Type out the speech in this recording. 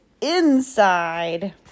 inside